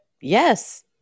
yes